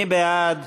מי בעד?